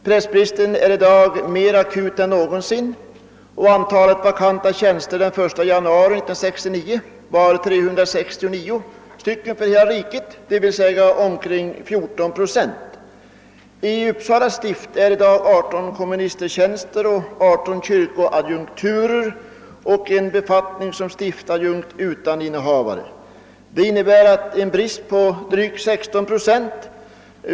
Prästbristen är i dag mera akut än någonsin, och antalet vakanta tjänster den 1 januari 1969 var 369 för hela riket, d. v. s. omkring 14 procent. I Uppsala ärkestift är i dag 18 komministertjänster och 18 kyrkoadjunkter samt en befattning som stiftsadjunkt utan innehavare. Det innebär en brist drygt på 16 procent.